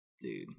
Dude